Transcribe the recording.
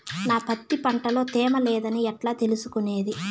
నా పత్తి పంట లో తేమ లేదని ఎట్లా తెలుసుకునేది?